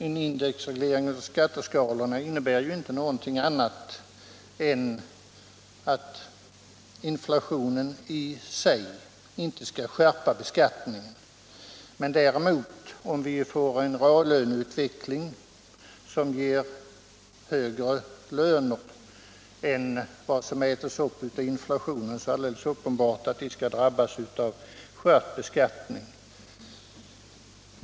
En indexreglering av skatteskalorna innebär inte någonting annat än att inflationen i sig inte skall skärpa beskattningen. Om vi får en reallöneutveckling som ger högre löner än vad som äts upp av inflationen är det däremot alldeles uppenbart att de lönehöjningarna skall drabbas av skärpt beskattning.